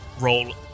roll